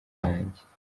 yanjye